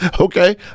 Okay